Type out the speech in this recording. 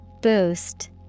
Boost